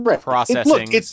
processing